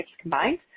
combined